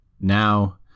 now